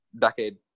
decade